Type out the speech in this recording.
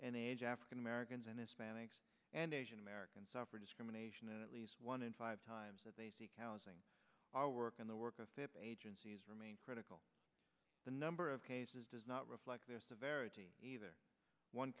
and age african americans and hispanics and asian americans suffer discrimination at least one in five times that they are work in the work of agencies remain critical the number of cases does not reflect their severity either one